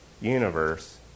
universe